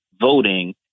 voting